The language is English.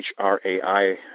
HRAI